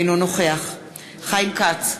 אינו נוכח חיים כץ,